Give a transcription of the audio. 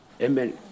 Amen